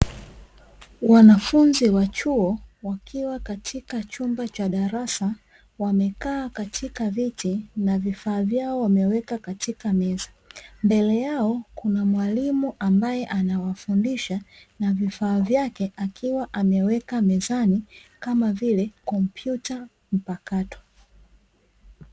Wanafunzi wa chuo wakiwa katika chumba cha darasa, wamekaa katika viti na vifaa vyao wameweka katika meza, mbele yao kuna mwalimu ambaye anawafundisha na vifaa vyake akiwa ameweka mezani kama vile kompyuta mpakato.